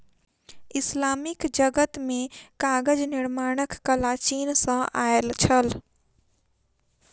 Islamic जगत मे कागज निर्माणक कला चीन सॅ आयल छल